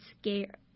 scared